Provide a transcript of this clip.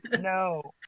no